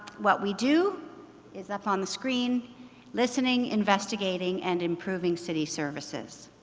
what we do is up on the screen listening, investigating and improving city services.